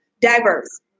diverse